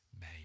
made